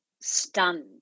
stunned